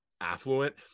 affluent